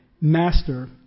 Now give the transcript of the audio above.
Master